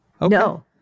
No